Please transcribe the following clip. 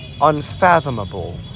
unfathomable